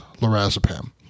lorazepam